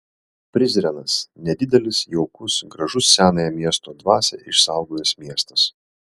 prizrenas nedidelis jaukus gražus senąją miesto dvasią išsaugojęs miestas